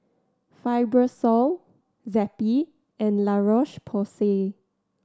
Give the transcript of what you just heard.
Fibrosol Zappy and La Roche Porsay